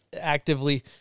actively